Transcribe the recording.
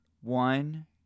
one